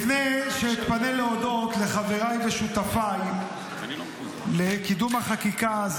לפני שאתפנה להודות לחבריי ושותפיי לקידום החוק הזה,